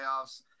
playoffs